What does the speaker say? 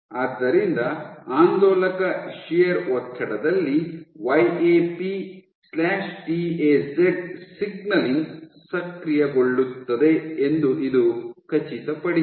ಆದ್ದರಿಂದ ಆಂದೋಲಕ ಶಿಯರ್ ಒತ್ತಡದಲ್ಲಿ Y A P T A Z signalling ಸಕ್ರಿಯಗೊಳ್ಳುತ್ತದೆ ಎಂದು ಇದು ಖಚಿತ ಪಡಿಸಿದೆ